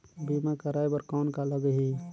बीमा कराय बर कौन का लगही?